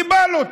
כי בא לו.